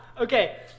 Okay